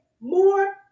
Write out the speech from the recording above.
more